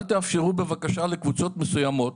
אל תאפשרו בבקשה לקבוצות מסוימות,